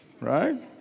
right